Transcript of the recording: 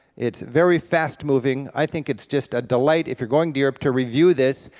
it's very fast-moving, i think it's just a delight, if you're going to europe, to review this,